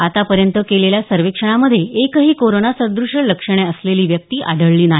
आतापर्यंत केलल्या सर्वेक्षणामध्ये एकही कोरोना सद्रष्य लक्षणे असलेली व्यक्ती आढळली नाही